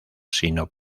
sino